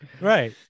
Right